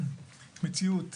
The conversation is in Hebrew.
במציאות